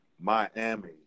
Miami